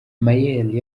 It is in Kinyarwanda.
mayele